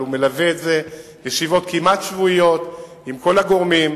אבל הוא מלווה את זה בישיבות כמעט שבועיות עם כל הגורמים,